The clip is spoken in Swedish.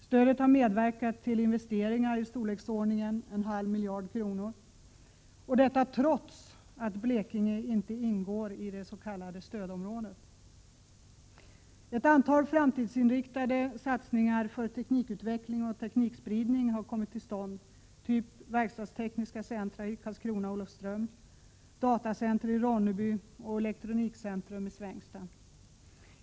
Stödet har medverkat till investeringar på i storleksordningen 0,5 miljarder kronor, trots att Blekinge inte ingår i dets.k. stödområdet. Ett antal framtidsinriktade satsningar på teknikutveckling och teknikspridning har gjorts — typ verkstadstekniska centra i Karlskrona och Olofsström, datacenter i Ronneby och elektronikcentrum i Svängsta.